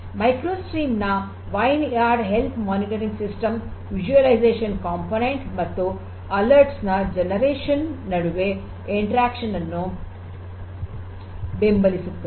micro stream ನ vineyard health monitoring system visualization ಘಟಕ ಮತ್ತು ಎಚ್ಚರಿಕೆಗಳ ಉತ್ಪಾದನೆ ನಡುವಿನ ಪರಸ್ಪರ ಕ್ರಿಯೆಯನ್ನು ಬೆಂಬಲಿಸುತ್ತದೆ